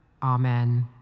Amen